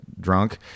drunk